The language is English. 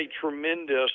tremendous